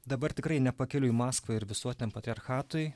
dabar tikrai ne pakeliui į maskvą ir visuotiniam patriarchatui